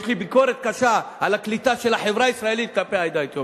יש לי ביקורת קשה על הקליטה של החברה הישראלית את העדה האתיופית.